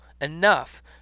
enough